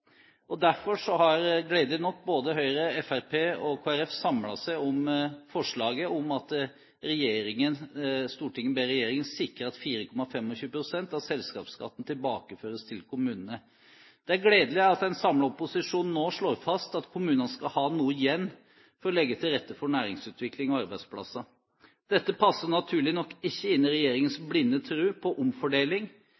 mener. Derfor har gledelig nok både Høyre, Fremskrittspartiet og Kristelig Folkeparti samlet seg om følgende forslag: «Stortinget ber regjeringen sikre at 4,25 pst. av selskapskatten tilbakeføres til kommunene.» Det er gledelig at en samlet opposisjon nå slår fast at kommunene skal ha noe igjen for å legge til rette for næringsutvikling og arbeidsplasser. Dette passer naturlig nok ikke inn i regjeringens